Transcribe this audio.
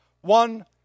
One